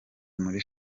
muri